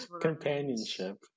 companionship